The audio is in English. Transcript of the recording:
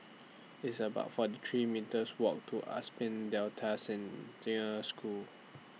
It's about forty three metres Walk to Delta Senior School